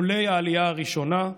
עולי העלייה הראשונה,